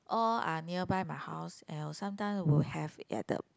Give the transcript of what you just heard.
all are nearby my house and sometimes will have at the